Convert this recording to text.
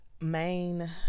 main